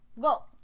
Go